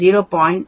5 0